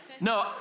No